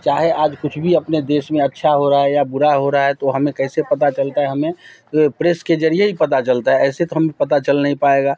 चाहे आज कुछ भी अपने देश में अच्छा हो रहा है या बुरा हो रहा है तो हमें कैसे पता चलता है हमें वह प्रेस के ज़रिए ही पता चलता है ऐसे तो हम पता चल नहीं पाएगा